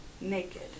naked